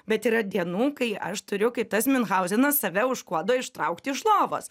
bet yra dienų kai aš turiu kaip tas miunchauzenas save už kuodo ištraukti iš lovos